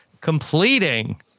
completing